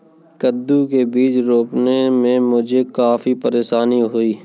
कद्दू के बीज रोपने में मुझे काफी परेशानी हुई